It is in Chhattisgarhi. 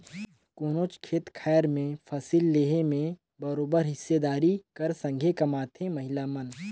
कोनोच खेत खाएर में फसिल लेहे में बरोबेर हिस्सादारी कर संघे कमाथें महिला मन